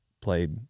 played